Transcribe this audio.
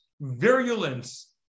virulence